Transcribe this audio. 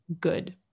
good